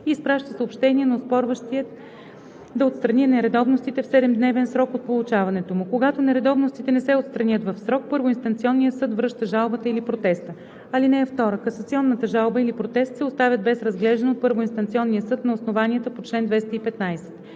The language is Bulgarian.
изпраща съобщение на оспорващия да отстрани нередовностите в 7-дневен срок от получаването му. Когато нередовностите не се отстранят в срок, първоинстанционният съд връща жалбата или протеста. (2) Касационната жалба или протест се оставят без разглеждане от първоинстанционния съд на основанията по чл. 215.